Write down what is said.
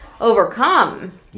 overcome